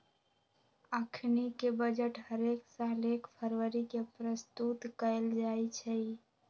अखनीके बजट हरेक साल एक फरवरी के प्रस्तुत कएल जाइ छइ